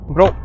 Bro